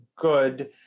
good